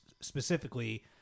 specifically